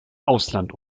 ausland